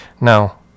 Now